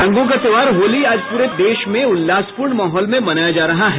रंगों का त्यौहार होली आज पूरे देश में उल्लासपूर्ण माहौल में मनाया जा रहा है